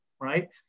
right